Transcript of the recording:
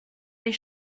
les